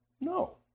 no